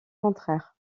contraires